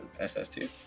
SS2